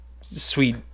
sweet